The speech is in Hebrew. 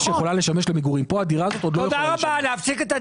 זו תהיה דירת מגורים לטוב ולרע, מבחינת שיעור המס.